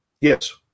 Yes